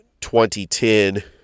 2010